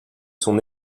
son